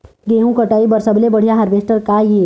गेहूं कटाई बर सबले बढ़िया हारवेस्टर का ये?